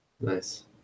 Nice